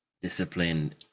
discipline